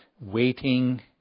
waiting